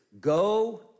go